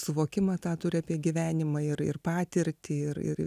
suvokimą tą turi apie gyvenimą ir ir patirtį ir ir